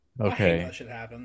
Okay